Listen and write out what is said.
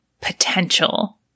potential